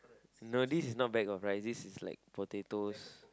no this is not bag of rice this is like potatoes